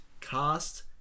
cast